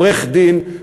עורך-דין,